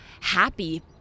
happy